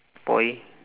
boy